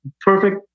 perfect